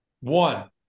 one